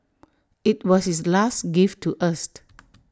IT was his last gift to us